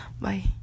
Bye